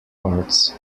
parts